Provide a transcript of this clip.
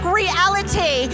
reality